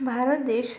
भारत देश